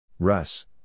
Russ